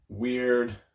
Weird